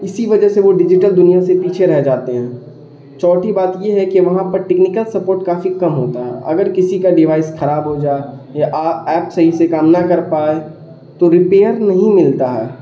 اسی وجہ سے وہ ڈیجیٹل دنیا سے پیچھے رہ جاتے ہیں چوتھی بات یہ ہے کہ وہاں پر ٹیکنیکل سپورٹ کافی کم ہوتا ہے اگر کسی کا ڈیوائس خراب ہو جائے یا آ ایپ صحیح سے کام نہ کر پائے تو ریپیئر نہیں ملتا ہے